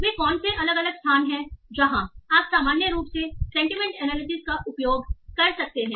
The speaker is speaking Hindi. वे कौन से अलग अलग स्थान हैं जहाँ आप सामान्य रूप से सेंटीमेंट एनालिसिस का उपयोग कर सकते हैं